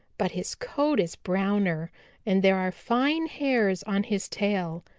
but his coat is browner and there are fine hairs on his tail.